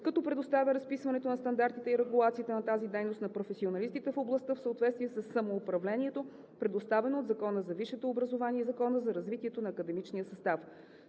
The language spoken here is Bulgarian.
като предоставя разписването на стандартите и регулацията на тази дейност на професионалистите в областта в съответствие със самоуправлението, предоставено от Закона за висшето образование и Закона за развитието на академичния състав.